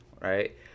right